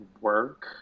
work